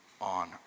on